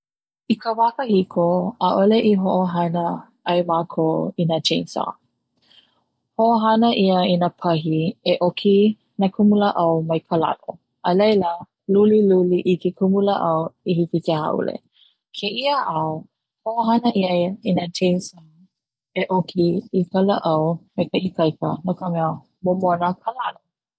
I ka wā kahiko ʻaʻole i hoʻohana ai makou ina chainshaw, hoʻohana ia ina pahi e oki ina kumulaʻau mai ka lalo a laila luliluli i ke kumulaʻau i hiki ke haʻule, keia ao hoʻohana ia na chainsaw e oki i ka laʻau me ka ikaika no ka mea momona ka lalo.